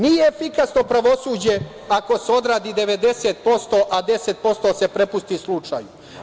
Nije efikasno pravosuđe ako se odradi 90%, a 10% se prepusti slučaju.